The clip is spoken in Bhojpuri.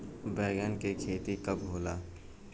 बैंगन के खेती कब होला?